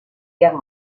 guerre